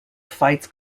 fights